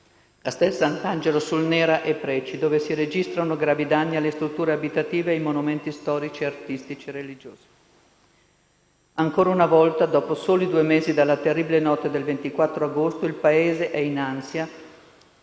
Castelsantangelo sul Nera e Preci, dove si registrano gravi danni alle strutture abitative e ai monumenti storici, artistici e religiosi. Ancora una volta, dopo soli due mesi dalla terribile notte del 24 agosto, il Paese è in ansia